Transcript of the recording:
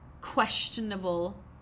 questionable